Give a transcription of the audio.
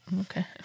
Okay